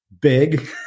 big